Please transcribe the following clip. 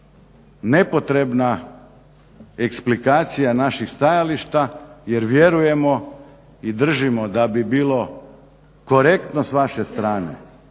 nepotrebna eksplikacija naših stajališta jer vjerujemo i držimo da bi bilo korektno s vaše strane,